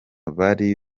bari